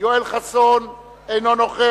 חבר הכנסת יואל חסון, אינו נוכח.